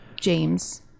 James